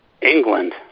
England